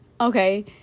okay